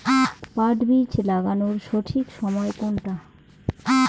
পাট বীজ লাগানোর সঠিক সময় কোনটা?